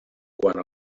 quant